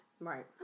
Right